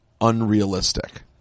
unrealistic